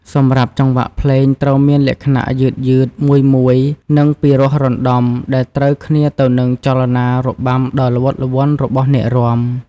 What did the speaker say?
សម្រាប់ចង្វាក់ភ្លេងត្រូវមានលក្ខណៈយឺតៗ មួយៗ និងពីរោះរណ្តំ ដែលត្រូវគ្នាទៅនឹងចលនារបាំដ៏ល្វត់ល្វន់របស់អ្នករាំ។